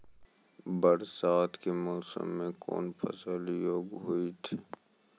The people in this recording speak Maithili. बरसात के मौसम मे कौन फसल योग्य हुई थी?